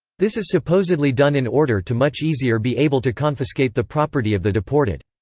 this is supposedly done in order to much easier be able to confiscate the property of the deported.